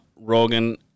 Rogan